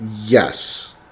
Yes